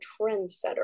trendsetter